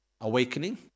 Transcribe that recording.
awakening